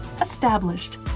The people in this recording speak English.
established